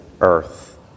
earth